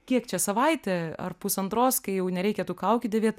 kiek čia savaitė ar pusantros kai jau nereikia tų kaukių dėvėt